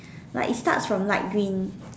like it starts from light green